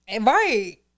Right